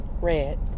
Red